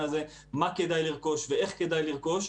הזה מה כדאי לרכוש ואיך כדאי לרכוש,